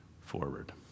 forward